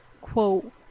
quote